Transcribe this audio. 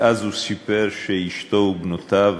ואז הוא סיפר שאשתו ובנותיו